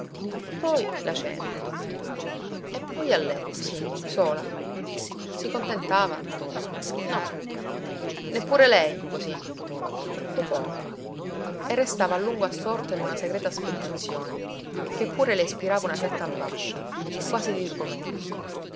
poi la cena e poi a letto sí sola si contentava no neppure lei cosí troppo poco e restava a lungo assorta in una segreta aspettazione che pure le ispirava una certa ambascia quasi di sgomento